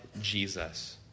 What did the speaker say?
Jesus